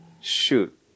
Shoot